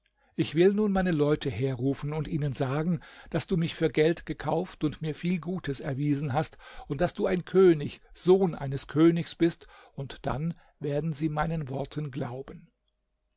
ich will nun meine leute herrufen und ihnen sagen daß du mich für geld gekauft und mir viel gutes erwiesen hast und daß du ein könig sohn eines königs bist und dann werden sie meinen worten glauben